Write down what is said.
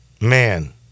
man